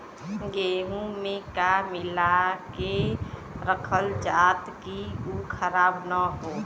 गेहूँ में का मिलाके रखल जाता कि उ खराब न हो?